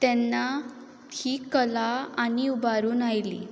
तेन्ना ही कला आनी उबारून आयली